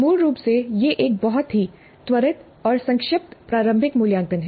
मूल रूप से यह एक बहुत ही त्वरित और संक्षिप्त प्रारंभिक मूल्यांकन है